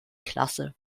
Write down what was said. klasse